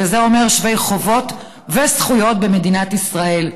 וזה אומר שיווי חובות וזכויות במדינת ישראל.